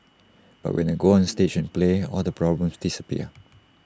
but when I go onstage and play all the problems disappear